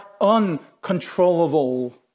uncontrollable